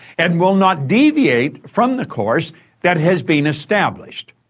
and will not deviate from the course that has been established.